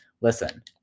listen